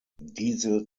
diese